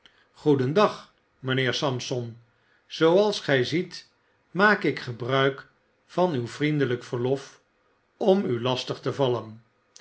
groedendag mijnheer sampson zooals gy ziet maak ik gebruik van uw vriendelyk verlof om u lastig te vallen